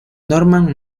norman